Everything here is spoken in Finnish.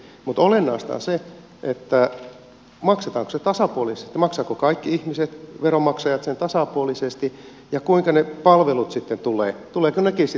mutta olennaista on se maksetaanko se tasapuolisesti maksavatko kaikki ihmiset veronmaksajat sen tasapuolisesti ja kuinka ne palvelut sitten tulevat tulevatko nekin sitten tasapuolisesti